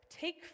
take